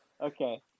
Okay